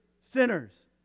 sinners